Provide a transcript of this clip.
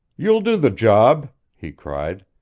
you'll do the job, he cried.